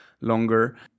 longer